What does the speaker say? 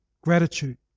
Gratitude